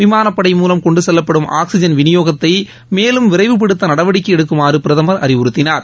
விமானப்படை மூலம் கொண்டு செல்லப்படும் ஆக்சிஜன் விநியோகத்தை மேலும் விரைவுப்படுத்த நடவடிக்கை எடுக்குமாறு பிரதமர் அறிவுறுத்தினார்